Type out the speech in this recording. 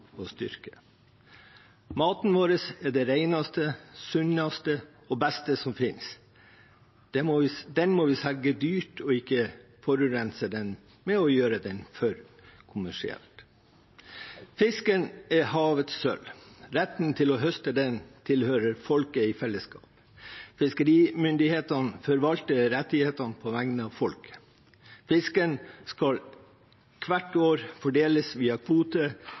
styrke. Maten vår er det reneste, sunneste og beste som fins. Den må vi selge dyrt og ikke forurense den ved å gjøre den for kommersiell. Fisken er havets sølv. Retten til å høste den tilhører folket i fellesskap. Fiskerimyndighetene forvalter rettighetene på vegne av folk. Fisken skal hvert år fordeles via